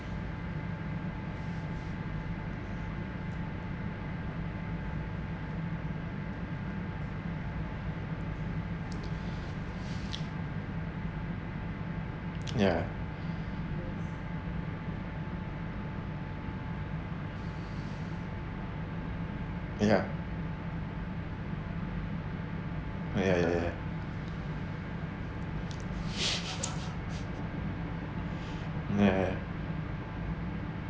ya ya ya ya ya ya